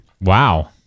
Wow